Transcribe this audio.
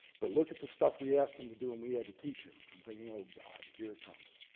but look at the stuff we asked him to do and we had to teach him. i'm thinking, oh, god, here it comes.